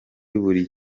buri